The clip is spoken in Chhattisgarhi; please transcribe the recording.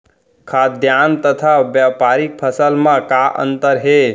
खाद्यान्न तथा व्यापारिक फसल मा का अंतर हे?